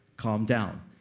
calm down.